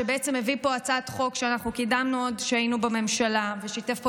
שבעצם הביא פה הצעת חוק שקידמנו עוד כשהיינו בממשלה ושיתף פעולה,